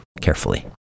carefully